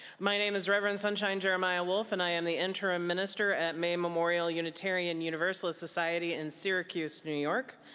my name is reverend sunshine jeremiah wolf and i am the interim minister at may memorial unitarian universalist society in syracuse, new york.